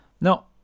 no